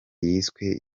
yiswe